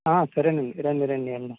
సరేనండి రండి రండి వెళ్దాం